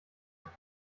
auch